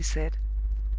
she said.